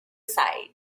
side